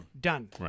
Done